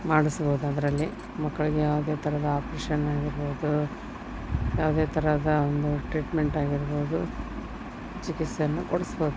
ಮಾಡ್ಸ್ಬೋದು ಅದರಲ್ಲಿ ಮಕ್ಕಳಿಗೆ ಯಾವುದೇ ಥರದ ಆಪ್ರೆಷನ್ ಆಗಿರ್ಬೋದು ಯಾವುದೇ ಥರದ ಒಂದು ಟ್ರೀಟ್ಮೆಂಟ್ ಆಗಿರ್ಬೋದು ಚಿಕಿತ್ಸೆಯನ್ನು ಕೊಡಿಸ್ಬೋದು